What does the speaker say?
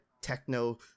techno